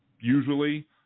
Usually